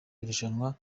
irushanwa